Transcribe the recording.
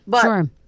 sure